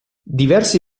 diversi